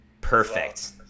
Perfect